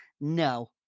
no